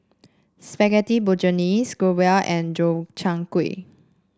Spaghetti Bolognese Gyros and Gobchang Gui